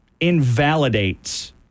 invalidates